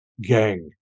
Gang